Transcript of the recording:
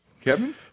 Kevin